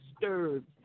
disturbed